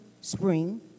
spring